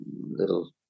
little